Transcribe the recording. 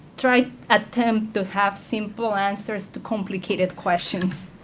try attempt to have simple answers to complicated questions.